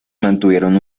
mantuvieron